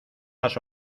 las